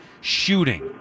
shooting